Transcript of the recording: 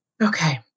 Okay